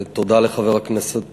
תודה לחבר הכנסת